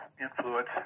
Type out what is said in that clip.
influence